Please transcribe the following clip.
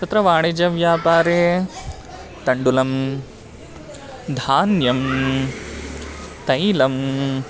तत्र वाणिजव्यापारे तण्डुलं धान्यं तैलं